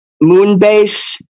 Moonbase